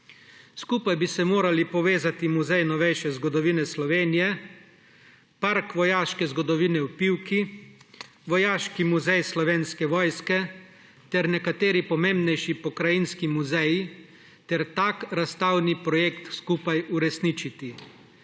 Skupaj bi se morali povezati Muzej novejše zgodovine Slovenije, Park vojaške zgodovine v Pivki, Vojaški muzej Slovenske vojske ter nekateri pomembnejši pokrajinski muzeji ter tak razstavni projekt skupaj uresničiti.